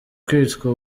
kwitwa